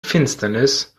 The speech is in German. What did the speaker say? finsternis